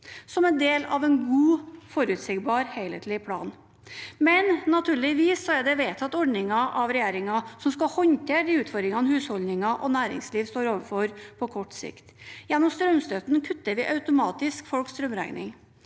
som en del av en god og forutsigbar helhetlig plan. Men det er naturligvis vedtatt ordninger av regjeringen som skal håndtere de utfordringene husholdninger og næringsliv står overfor på kort sikt. Gjennom strømstøtten kutter vi automatisk folks strømregning.